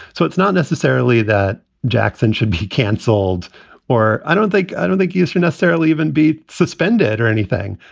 so it's not necessarily that jackson should be canceled or. i don't think. i don't think you should necessarily even be suspended or anything.